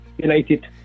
United